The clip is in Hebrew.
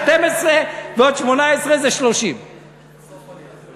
12 ועוד 18 זה 30. בסוף אני אבין.